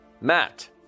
Matt